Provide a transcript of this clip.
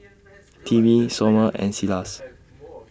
Timmy Somer and Silas